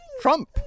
Trump